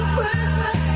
Christmas